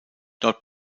dort